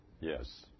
Yes